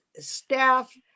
staff